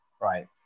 right